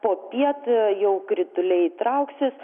popiet jau krituliai trauksis